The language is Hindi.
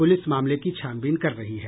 पुलिस मामले की छानबीन कर रही है